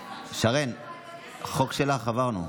שרן, את החוק שלך עברנו.